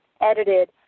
edited